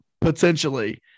potentially